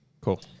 Cool